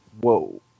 whoa